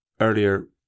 earlier